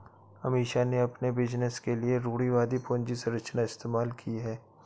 अमीषा ने अपने बिजनेस के लिए रूढ़िवादी पूंजी संरचना इस्तेमाल की है